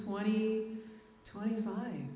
twenty twenty five